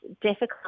difficult